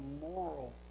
moral